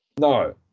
No